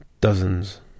dozens